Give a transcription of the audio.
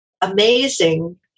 amazing